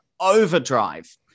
overdrive